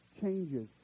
changes